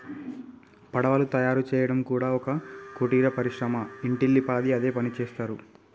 పడవలు తయారు చేయడం కూడా ఒక కుటీర పరిశ్రమ ఇంటిల్లి పాది అదే పనిచేస్తరు